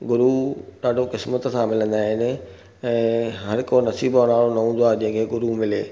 गुरु ॾाढो क़िस्मत सां मिलंदा आहिनि ऐं हर को नसीब वारो न हूंदो आहे जेके गुरु मिले